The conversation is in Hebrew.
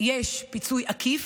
יש פיצוי עקיף,